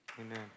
Amen